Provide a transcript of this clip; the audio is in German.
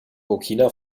burkina